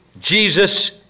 Jesus